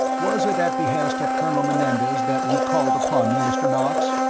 was it at behest of colonel menendez that you called upon me, mr. knox?